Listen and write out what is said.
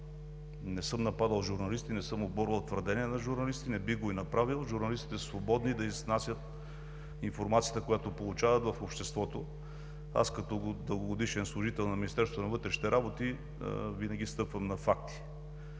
не съм нападал журналисти, не съм оборвал твърдения на журналисти, не бих го и направил. Журналистите са свободни да изнасят информацията, която получават, в обществото. Аз, като дългогодишен служител на Министерството на вътрешните работи, винаги стъпвам на факти.